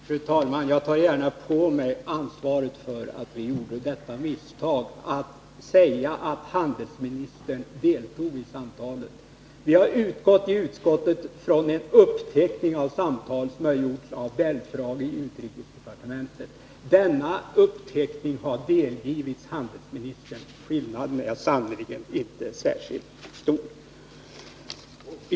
Fru talman! Jag tar gärna på mig ansvaret för att vi gjorde detta misstag att säga att handelsministern deltog i samtalet. Vi har i utskottet utgått från en uppteckning av samtal som har gjorts av Belfrage i utrikesdepartementet. Denna uppteckning har delgivits handelsministern. Skillnaden är sannerligen inte särskilt stor.